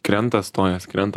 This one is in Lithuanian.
krenta stojas krenta